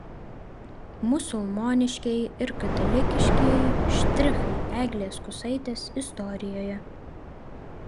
musulmoniškieji ir katalikiškieji štrichai eglės kusaitės istorijoje